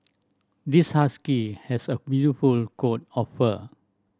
this husky has a beautiful coat of fur